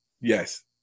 Yes